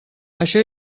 això